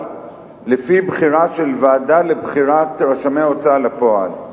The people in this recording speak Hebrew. לפי בחירה של ועדה לבחירת רשמי הוצאה לפועל.